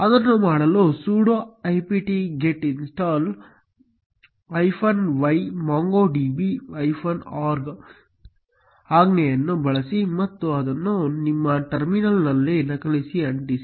ಅದನ್ನು ಮಾಡಲು sudo apt get install y MongoDB org ಆಜ್ಞೆಯನ್ನು ಬಳಸಿ ಮತ್ತು ಅದನ್ನು ನಿಮ್ಮ ಟರ್ಮಿನಲ್ನಲ್ಲಿ ನಕಲಿಸಿ ಅಂಟಿಸಿ